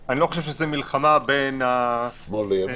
--- קרן, אוציא אותך מהדיון על החוק שלך.